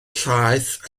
llaeth